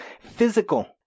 physical